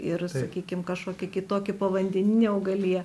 ir sakykim kažkokį kitokį povandeninė augalija